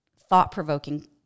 thought-provoking